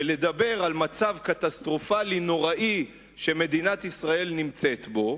ולדבר על מצב קטסטרופלי נוראי שמדינת ישראל נמצאת בו.